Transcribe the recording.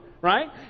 right